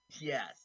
Yes